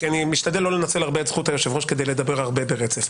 אני משתדל לא לנצל הרבה את זכות היושב-ראש כדי לדבר הרבה ברצף,